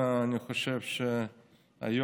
אני חושב שהיום,